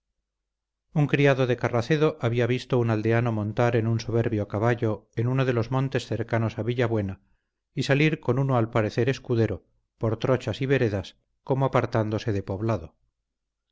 un criado de carracedo había visto un aldeano montar en un soberbio caballo en uno de los montes cercanos a villabuena y salir con uno al parecer escudero por trochas y veredas como apartándose de poblado